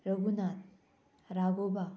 Raghunath Raghoba